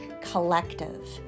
collective